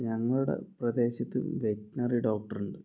ഞങ്ങളുടെ പ്രദേശത്ത് veterinary doctor ഉണ്ട്